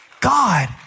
God